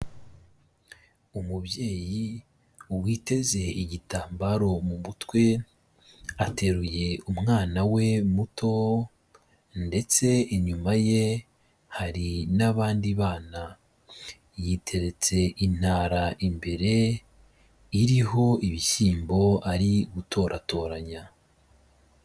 Umubyeyi witeze igitambaro mu mutwe, ateruye umwana we muto ndetse inyuma ye hari n'abandi bana, yiteretse intara imbere, iriho ibishyimbo ari gutoratoranya.